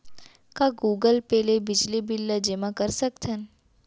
का Google Pay ले बिजली बिल ल जेमा कर सकथन?